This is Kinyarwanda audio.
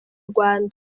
rwanda